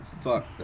fuck